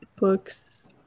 Books